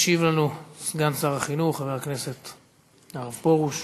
ישיב לנו סגן שר החינוך חבר הכנסת הרב פרוש.